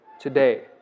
today